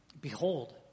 Behold